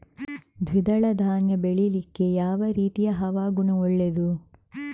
ದ್ವಿದಳ ಧಾನ್ಯ ಬೆಳೀಲಿಕ್ಕೆ ಯಾವ ರೀತಿಯ ಹವಾಗುಣ ಒಳ್ಳೆದು?